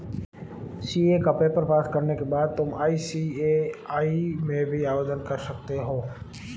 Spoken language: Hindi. सी.ए का पेपर पास करने के बाद तुम आई.सी.ए.आई में भी आवेदन कर सकते हो